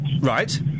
Right